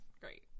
great